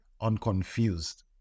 unconfused